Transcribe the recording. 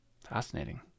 Fascinating